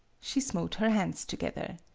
she smote her hands together.